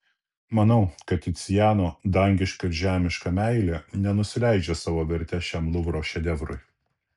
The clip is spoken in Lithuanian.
manau kad ticiano dangiška ir žemiška meilė nenusileidžia savo verte šiam luvro šedevrui